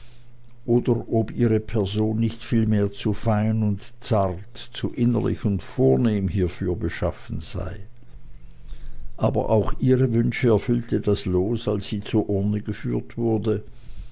oder ob ihre person nicht vielmehr zu fein und zart zu innerlich und vornehm hiefür beschaffen sei aber auch ihre wünsche erfüllte das los als sie zur urne geführt wurde